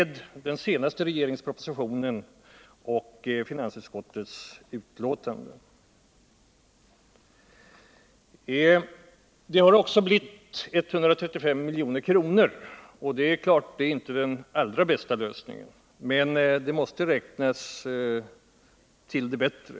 Den förändring som skett ger kommunerna 135 milj.kr. Det är klart att det är inte den allra bästa lösningen, men den måste räknas till de bättre.